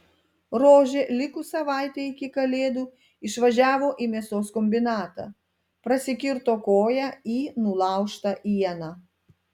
rožė likus savaitei iki kalėdų išvažiavo į mėsos kombinatą prasikirto koją į nulaužtą ieną